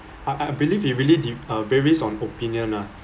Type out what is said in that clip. I I believe it really de~ uh varies on opinion lah